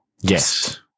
Yes